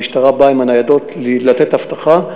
המשטרה באה עם הניידות לתת אבטחה,